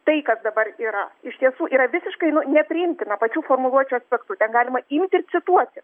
tai kas dabar yra iš tiesų yra visiškai nu nepriimtina pačių formuluočių aspektu ten galima imti ir cituoti